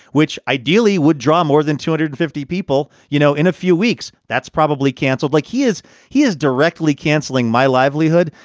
which ideally would draw more than two hundred and fifty people, you know, in a few weeks. that's probably canceled like he is he is directly canceling my livelihood.